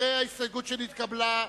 אחרי ההסתייגות שנתקבלה,